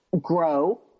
grow